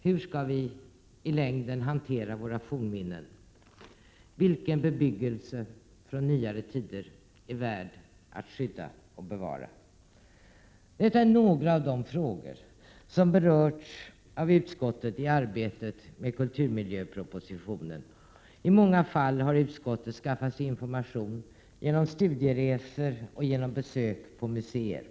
Hur skall vi i längden hantera våra fornminnen? Vilken bebyggelse från nyare tider är värd att skydda och bevara? Detta är några av de frågor som berörts av utskottet i arbetet med kulturmiljöpropositionen. I många fall har utskottet skaffat sig information genom studieresor och genom besök på museer.